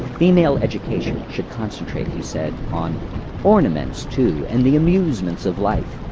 female education should concentrate, he said, on ornaments too, and the amusements of life.